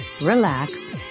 relax